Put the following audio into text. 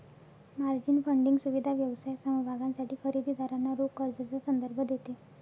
margin funding सुविधा व्यवसाय समभागांसाठी खरेदी दारांना रोख कर्जाचा संदर्भ देते